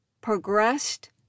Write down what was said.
progressed